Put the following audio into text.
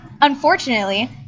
Unfortunately